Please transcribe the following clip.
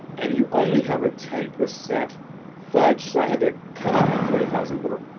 and you only have a ten percent fudge. so i had to cut out like forty thousand words.